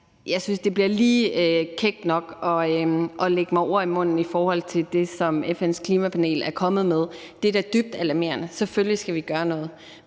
jeg synes, det bliver lige kækt nok at lægge mig ord i munden i forhold til det, som FN's Klimapanel er kommet med. Det er da dybt alarmerende, og selvfølgelig skal vi gøre noget.